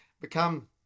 become